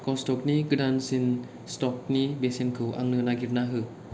कस्टकनि गोदानसिन स्टकनि बेसेनखौ आंनो नागिरना हो